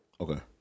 Okay